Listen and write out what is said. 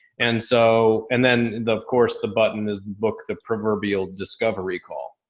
and so, and then the, of course the button is book the proverbial discovery call.